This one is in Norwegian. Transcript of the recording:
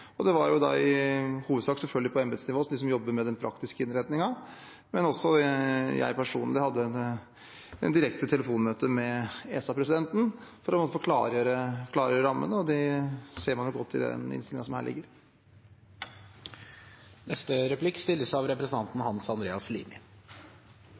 praktiske innretningen, men også jeg personlig hadde et direkte telefonmøte med ESA-presidenten for å klargjøre rammene, og de ser man godt i den innstillingen som ligger her.